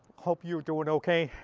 hope you're doing okay.